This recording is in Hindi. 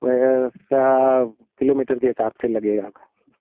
पैसा किलोमीटर के हिसाब से लगेगा आपका